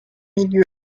milieu